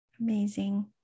Amazing